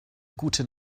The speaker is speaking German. gute